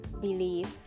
Belief